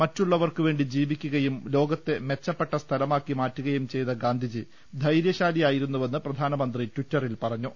മറ്റുള്ളവർക്കുവേണ്ടി ജീവിക്കു കയും ലോകത്തെ മെച്ചപ്പെട്ട സ്ഥലമാക്കി മാറ്റുകയും ചെയ്ത ഗാന്ധിജി ധൈര്യശാലിയായിരുന്നുവെന്ന് പ്രധാനമന്ത്രി ടിറ്ററിൽ പറഞ്ഞു